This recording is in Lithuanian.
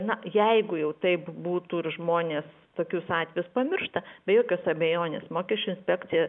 na jeigu jau taip būtų ir žmonės tokius atvejus pamiršta be jokios abejonės mokesčių inspekcija